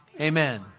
Amen